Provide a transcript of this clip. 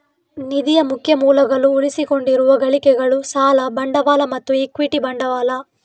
ನಿಧಿಯ ಮುಖ್ಯ ಮೂಲಗಳು ಉಳಿಸಿಕೊಂಡಿರುವ ಗಳಿಕೆಗಳು, ಸಾಲ ಬಂಡವಾಳ ಮತ್ತು ಇಕ್ವಿಟಿ ಬಂಡವಾಳ